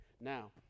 Now